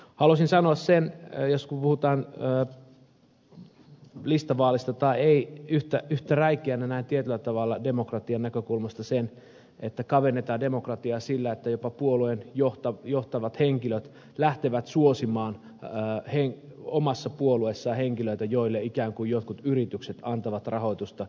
haluaisin sanoa sen puhutaan listavaalista tai ei että yhtä räikeänä näen tietyllä tavalla demokratian näkökulmasta sen että kavennetaan demokratiaa sillä että jopa puolueen johtavat henkilöt lähtevät suosimaan omassa puolueessaan henkilöitä joille ikään kuin jotkut yritykset antavat rahoitusta